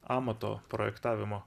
amato projektavimo